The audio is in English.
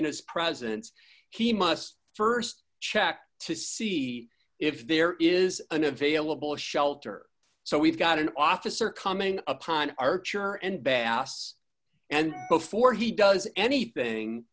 in his presence he must st check to see if there is an available shelter so we've got an officer coming upon archer and bass and before he does anything